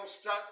stuck